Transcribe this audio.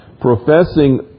professing